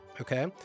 okay